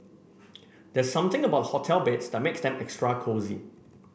there's something about hotel beds that makes them extra cosy